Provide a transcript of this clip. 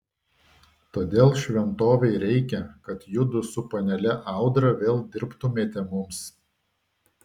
todėl šventovei reikia kad judu su panele audra vėl dirbtumėte mums